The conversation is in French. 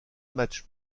matches